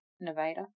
Nevada